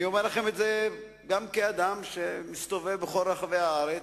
אני אומר לכם את זה גם כאדם שמסתובב בכל רחבי הארץ,